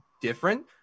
different